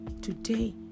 today